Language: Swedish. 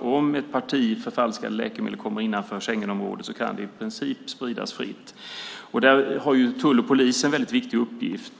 Om ett parti förfalskade läkemedel kommer innanför Schengenområdet kan det i princip spridas fritt. Där har tull och polis en viktig uppgift.